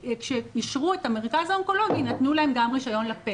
כשאישרו את המרכז האונקולוגי נתנו להם גם רישיון ל-